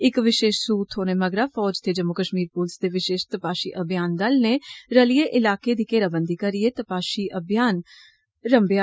इक विषेश सूह थ्होने मगरा फौज ते जम्मू कष्मीर पुलस दे विषेश तपाषी अभियान दल ने रलियै इलाके दी घेराबंदी करीये पताषी अभियान रंमेआ